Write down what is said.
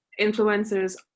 influencers